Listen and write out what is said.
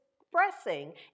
expressing